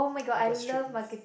I got straight A